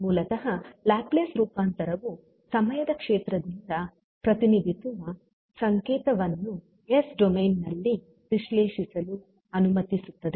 ಮೂಲತಃ ಲ್ಯಾಪ್ಲೇಸ್ ರೂಪಾಂತರವು ಸಮಯದ ಕ್ಷೇತ್ರದಿಂದ ಪ್ರತಿನಿಧಿಸುವ ಸಂಕೇತವನ್ನು S ಡೊಮೇನ್ ನಲ್ಲಿ ವಿಶ್ಲೇಷಿಸಲು ಅನುಮತಿಸುತ್ತದೆ